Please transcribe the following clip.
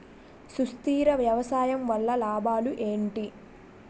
సుస్థిర వ్యవసాయం వల్ల లాభాలు ఏంటి?